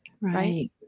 right